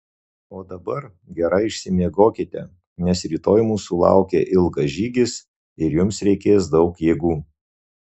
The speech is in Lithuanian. o dabar gerai išsimiegokite nes rytoj mūsų laukia ilgas žygis ir jums reikės daug jėgų